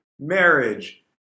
marriage